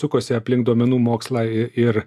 sukosi aplink duomenų mokslą ir